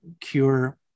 cure